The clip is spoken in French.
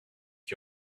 qui